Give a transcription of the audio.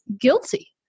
guilty